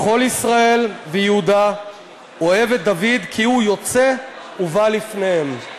"וכל ישראל ויהודה אֹהב את דוד כי הוא יוצא ובא לפניהם".